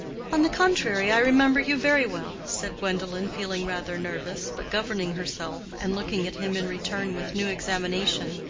on the contrary. i remember you very well, said gwendolen, feeling rather nervous, but governing herself and looking at him in return with new examination.